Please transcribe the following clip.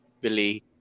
Billy